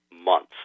months